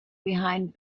behind